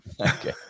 okay